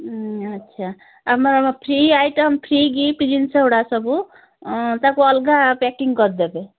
ଆଚ୍ଛା ଆମର free item free gift ଜିନିଷଗୁଡ଼ା ସବୁ ତାକୁ ଅଲଗା ପ୍ୟାକିଂ କରିଦେବେ